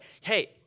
Hey